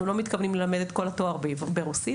אנחנו לא מתכוונים ללמד את כל התואר ברוסית